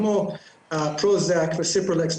כמו פרוזאק וציפרלקס,